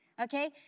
Okay